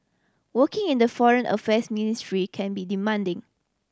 working in the Foreign Affairs Ministry can be demanding